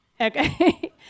Okay